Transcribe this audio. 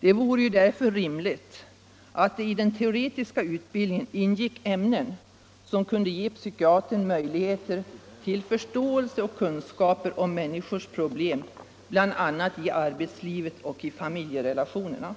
Det vore därför rimligt att det i den teoretiska utbildningen ingick ämnen som kunde ge psykiatern möjligheter till förståelse för och kunskaper om människornas problem bl.a. i arbetslivet och i familjerelationerna.